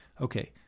Okay